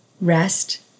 rest